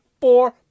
four